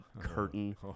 curtain